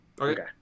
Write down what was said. Okay